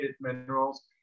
minerals